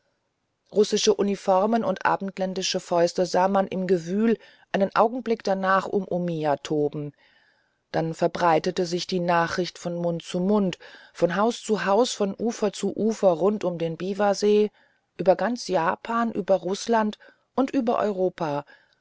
russische uniformen und abendländische fäuste sah man im gewühl einen augenblick danach um omiya toben dann verbreitete sich die nachricht von mund zu mund von haus zu haus von ufer zu ufer rund um den biwasee über ganz japan über rußland und über europa